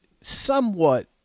somewhat